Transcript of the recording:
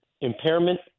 Impairment